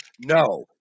no